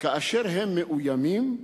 כאשר הם מאוימים,